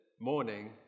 morning